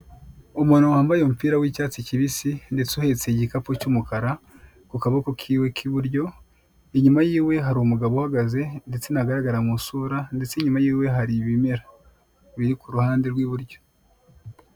Umuntu wambaye umupira w'icyatsi kibisi ndetse uhetse igikapu cy'umukara ku kaboko kiwe k'iburyo, inyuma y'iwe hari umugabo uhagaze ndetse ntagaragara mu isura ndetse inyuma y'iwe hari ibimera biri ku ruhande rw'iburyo.